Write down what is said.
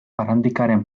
barandikaren